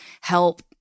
help